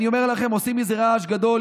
אני אומר לכם, עושים מזה רעש גדול.